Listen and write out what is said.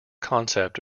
concept